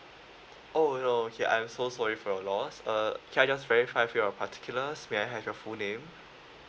oh no okay I'm so sorry for your loss err can I just verify with your particulars may I have your full name